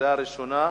קריאה ראשונה.